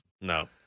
No